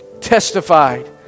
testified